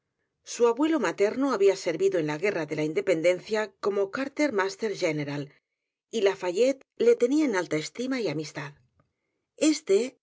su abuelo materno había servido en la guerra de la independencia como quarter mastergeneral y lafayette le tenía en alta estima y amistad éste